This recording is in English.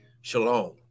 Shalom